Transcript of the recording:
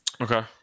Okay